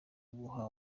guha